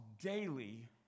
daily